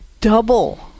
double